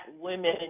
women